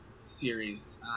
series